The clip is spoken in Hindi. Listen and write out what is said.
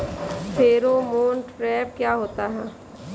फेरोमोन ट्रैप क्या होता है?